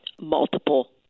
multiple